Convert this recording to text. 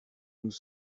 nous